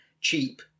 cheap